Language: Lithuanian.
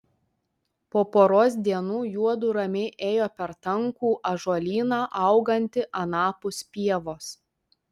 po poros dienų juodu ramiai ėjo per tankų ąžuolyną augantį anapus pievos